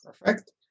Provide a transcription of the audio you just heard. perfect